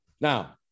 Now